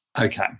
Okay